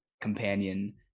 companion